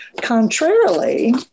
Contrarily